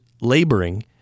laboring